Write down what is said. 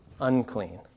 unclean